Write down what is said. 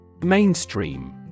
Mainstream